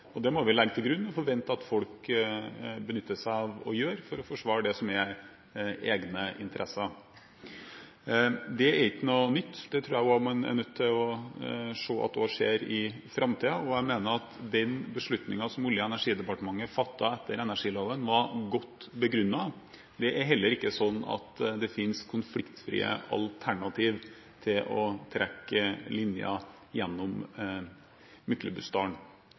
Det må vi legge til grunn og forvente at folk benytter seg av, og gjør, for å forsvare det som er egne interesser. Det er ikke noe nytt, og det tror jeg man også er nødt til å se at vil skje i framtiden, og jeg mener at den beslutningen som Olje- og energidepartementet fattet etter energiloven, var godt begrunnet. Det er heller ikke sånn at det finnes konfliktfrie alternativer til å trekke linjer gjennom